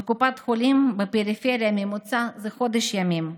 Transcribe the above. בקופת חולים בפריפריה הממוצע הוא חודש ימים.